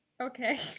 okay